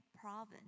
province